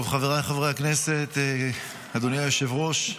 חברי חבריי הכנסת, אדוני היושב-ראש,